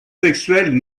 sexuelles